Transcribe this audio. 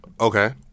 Okay